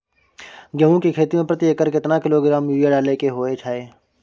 गेहूं के खेती में प्रति एकर केतना किलोग्राम यूरिया डालय के होय हय?